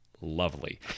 lovely